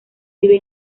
vive